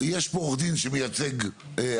יש פה עו"ד שמייצג אנשים,